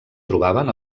trobaven